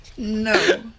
No